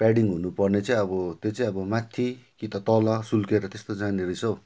padding हुनु पर्ने चाहिँ अब त्यो चाहिँ अब माथि कि त तल सुल्किएर त्यस्तो जाने रहेछ हो